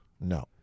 No